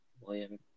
William